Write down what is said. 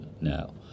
now